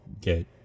get